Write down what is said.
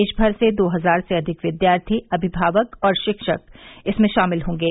देशभर से दो हजार से अधिक विद्यार्थी अभिभावक और शिक्षक इसमें शामिल होंगे